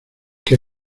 que